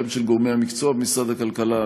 גם של גורמי המקצוע במשרד הכלכלה,